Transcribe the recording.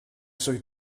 suoi